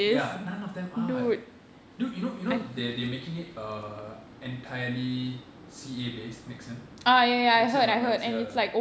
ya none of them are dude you know you know they they making it uh entirely C_A based next sem next sem onwards ya